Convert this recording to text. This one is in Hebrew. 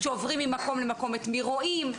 כשעוברים ממקום למקום את מי רואים,